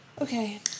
Okay